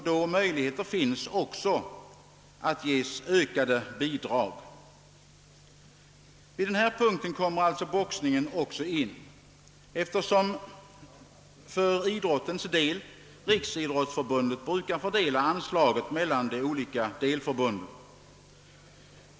Då möjligheter härtill finns bör de också få ökade bidrag. På denna punkt kommer också boxningen in, eftersom för idrottens del Riksidrottsförbundet brukar fördela anslaget mellan de olika delförbunden.